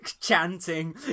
chanting